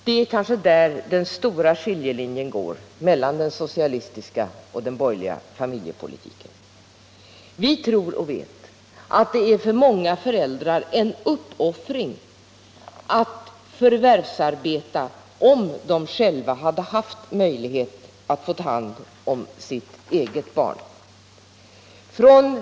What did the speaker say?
Det är kanske där som den stora skiljelinjen går mellan den socialistiska och den borgerliga familjepolitiken. Vi tror och vet att det för många föräldrar är en uppoffring att förvärvsarbeta, om de själva hade haft möjlighet att ta hand om sitt eget barn.